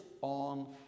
on